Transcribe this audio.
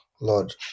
Lord